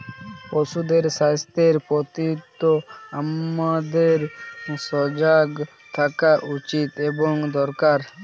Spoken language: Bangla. পশুদের স্বাস্থ্যের প্রতিও আমাদের সজাগ থাকা উচিত এবং দরকার